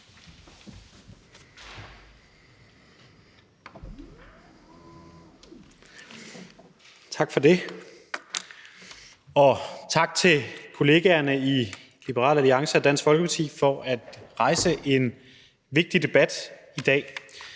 Tak for det, og tak til kollegerne i Liberal Alliance og Dansk Folkeparti for at rejse en vigtig debat i dag.